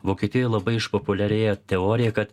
vokietijoj labai išpopuliarėja teorija kad